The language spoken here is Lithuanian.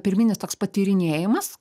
pirminis toks patyrinėjimas